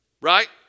Right